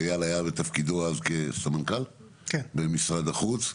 אייל היה בתפקידו אז כסמנכ"ל במשרד החוץ.